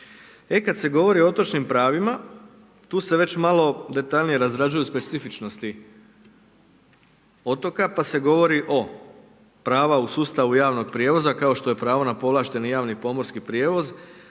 E kad se govori o otočnim pravima, tu se već malo detaljnije razrađuju specifičnosti otoka pa se govori o prava u sustavu javnog prijevoza, kao što je pravo na povlašteni javni pomorski prijevoz,